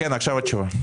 ועכשיו התשובה.